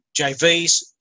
JVs